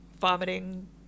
vomiting